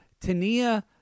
Tania